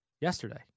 yesterday